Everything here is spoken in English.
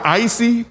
icy